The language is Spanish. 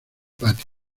patio